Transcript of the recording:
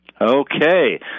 Okay